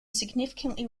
significantly